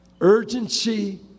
Urgency